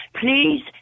Please